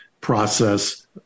process